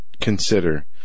consider